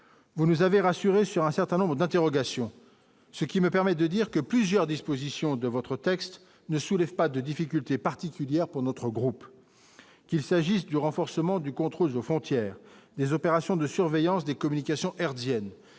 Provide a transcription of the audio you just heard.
vous nous avez rassurés sur un certain nombre d'interrogations, ce qui me permet de dire que plusieurs dispositions de votre texte ne soulève pas de difficultés particulières pour notre groupe, qu'il s'agisse du renforcement du contrôle aux frontières, des opérations de surveillance des communications hertziennes